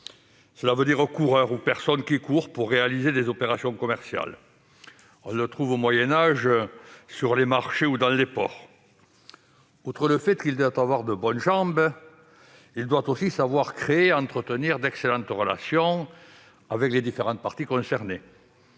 »; c'est un coureur ou une personne qui court pour réaliser des opérations commerciales. On le trouve au Moyen Âge sur les marchés ou dans les ports. Outre le fait qu'il doit avoir de bonnes jambes, le courtier doit aussi savoir créer et entretenir d'excellentes relations avec les différentes parties concernées.